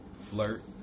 flirt